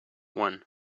one